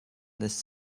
this